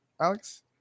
Alex